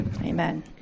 amen